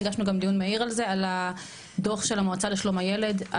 הגשנו גם דיון מהיר על הדוח של המועצה לשלום הילד,